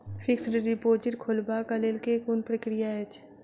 Fixed deposit खोलबाक लेल केँ कुन प्रक्रिया अछि?